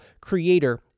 creator